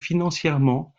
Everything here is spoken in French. financièrement